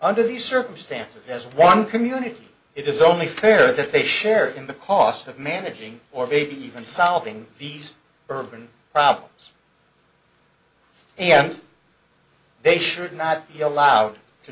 under these circumstances there is one community it is only fair that they share in the cost of managing or maybe even solving these urban problems and they should not be allowed to